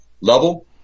level